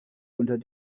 unter